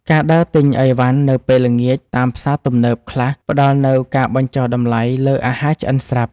ការដើរទិញឥវ៉ាន់នៅពេលល្ងាចតាមផ្សារទំនើបខ្លះផ្ដល់នូវការបញ្ចុះតម្លៃលើអាហារឆ្អិនស្រាប់។